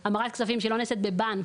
המרת כספים שלא נעשית בבנק,